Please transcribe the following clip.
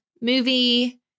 movie